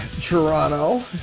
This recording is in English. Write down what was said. Toronto